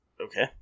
Okay